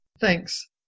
Thanks